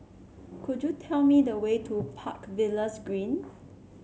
could you tell me the way to Park Villas Green